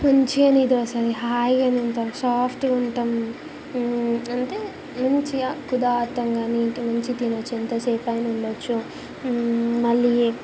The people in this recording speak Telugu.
మంచిగా నిద్రొస్తుంది హాయిగ తింటను సాఫ్టుగుంటను అంటే మంచిగా ఉదాత్తంగా మంచిగ తినొచ్చు ఎంతసేపయినా ఉండొచ్చు మళ్ళీ